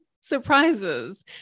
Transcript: surprises